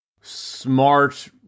smart